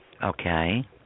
Okay